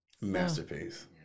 Masterpiece